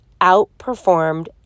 outperformed